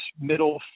middle